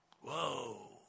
Whoa